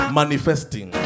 manifesting